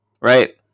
right